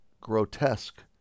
grotesque